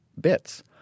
bits